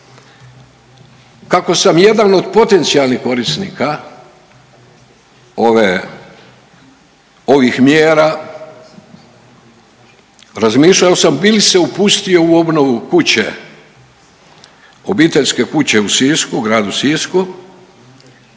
Kako sam jedan od potencijalnih korisnika ove, ovih mjera razmišljao sam bi li se upustio u obnovu kuće, obiteljske kuće u Sisku, Gradu Sisku